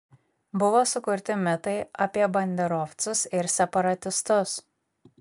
buvo sukurti mitai apie banderovcus ir separatistus